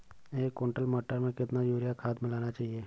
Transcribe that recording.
एक कुंटल मटर में कितना यूरिया खाद मिलाना चाहिए?